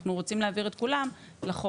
אנחנו רוצים להעביר את כולם לחוק,